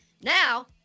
now